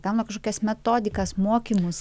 gauna kažkokias metodikas mokymus